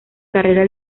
carrera